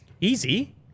easy